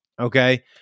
Okay